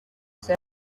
said